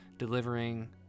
delivering